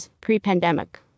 pre-pandemic